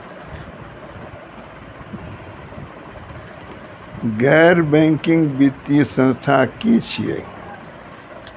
गैर बैंकिंग वित्तीय संस्था की छियै?